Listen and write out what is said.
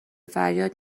فریاد